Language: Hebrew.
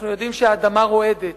אנחנו יודעים שהאדמה רועדת,